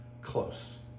close